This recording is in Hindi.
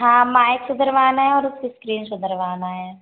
हाँ माइक सुधरवाना है और उसकी स्क्रीन सुधरवाना